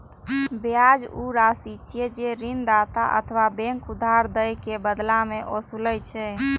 ब्याज ऊ राशि छियै, जे ऋणदाता अथवा बैंक उधार दए के बदला मे ओसूलै छै